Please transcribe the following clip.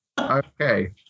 Okay